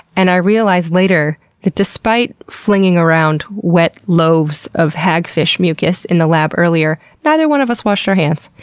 and i realized later that, despite flinging around wet loaves of hagfish mucus in the lab earlier, neither one of us washed our hands.